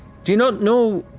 do you not know,